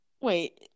wait